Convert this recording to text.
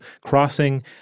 crossing